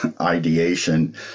ideation